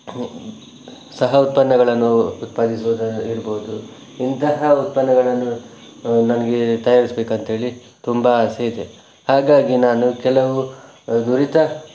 ಸಹ ಉತ್ಪನ್ನಗಳನ್ನು ಉತ್ಪಾದಿಸುವುದು ಇರಬಹುದು ಇಂತಹ ಉತ್ಪನ್ನಗಳನ್ನು ನನಗೆ ತಯಾರಿಸ್ಬೇಕಂತೇಳಿ ತುಂಬ ಆಸೆ ಇದೆ ಹಾಗಾಗಿ ನಾನು ಕೆಲವು ನುರಿತ